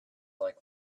like